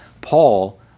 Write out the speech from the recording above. Paul